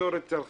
התקשורת ---,